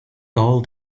told